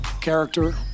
character